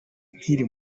nkiri